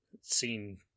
seen